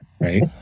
right